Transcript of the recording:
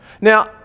Now